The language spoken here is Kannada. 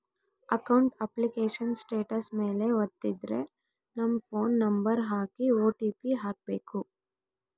ಅಕೌಂಟ್ ಅಪ್ಲಿಕೇಶನ್ ಸ್ಟೇಟಸ್ ಮೇಲೆ ವತ್ತಿದ್ರೆ ನಮ್ ಫೋನ್ ನಂಬರ್ ಹಾಕಿ ಓ.ಟಿ.ಪಿ ಹಾಕ್ಬೆಕು